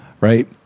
right